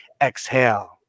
exhale